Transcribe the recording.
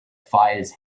fires